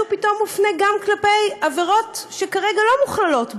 פתאום מופנה גם כלפי עבירות שכרגע לא מוכללות בו.